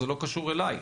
זה לא קשור אליי.